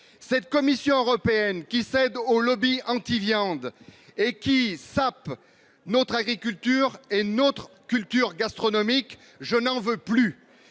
Cette commission européenne qui cède aux lobbies anti-viande et qui sape notre agriculture et notre culture gastronomique. Je n'en veux plus